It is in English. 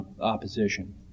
opposition